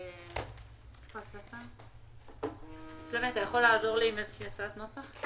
שלומי, יש לכם הצעת נוסח?